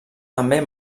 també